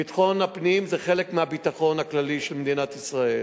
ביטחון הפנים זה חלק מהביטחון הכללי של מדינת ישראל.